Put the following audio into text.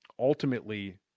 Ultimately